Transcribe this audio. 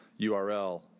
URL